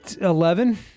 eleven